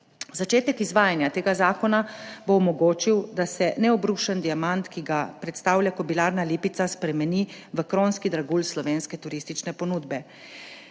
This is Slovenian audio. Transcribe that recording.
Začetek izvajanja tega zakona bo omogočil, da se nebrušen diamant, ki ga predstavlja Kobilarna Lipica, spremeni v kronski dragulj slovenske turistične ponudbe.